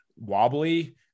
wobbly